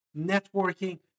networking